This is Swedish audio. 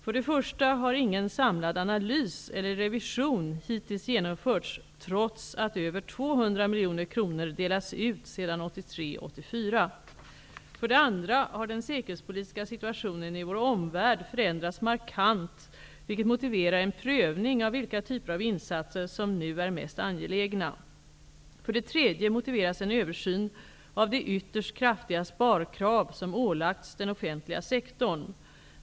För det första har ingen samlad analys eller revision hittills genomförts trots att över 200 miljoner kronor delats ut sedan 1983/84. För det andra har den säkerhetspolitiska situationen i vår omvärld förändrats markant, vilket motiverar en prövning av vilka typer av insatser som nu är mest angelägna. För det tredje motiveras en översyn av de ytterst kraftiga sparkrav som ålagts den offentliga sektorn.